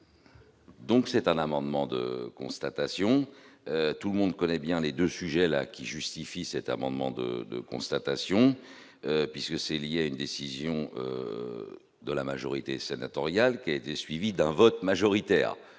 Donc c'est un amendement de constatation, tout le monde connaît bien les 2 sujets là qui justifie cet amendement de de constatations puisque c'est lié à une décision de la majorité sénatoriale qui a été suivi d'un vote majoritaire,